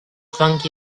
drunk